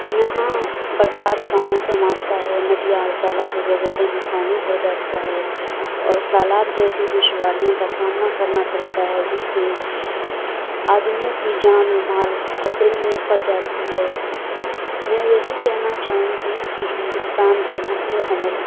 یہاں برسات کا موسم آتا ہے ندیاں اور تالاب وغیرہ میں پانی بھر جاتا ہے اور سالاب جیسی دشواریوں کا سامنا کرنا پڑتا ہے جس سے آدمیوں کی جان ومال خطرے میں پڑ جاتی ہے میں یہی کہنا چاہوں گی کہ ہندوستان کے نقل و حمل